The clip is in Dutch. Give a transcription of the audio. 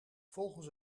volgens